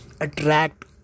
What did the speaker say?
attract